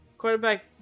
Quarterback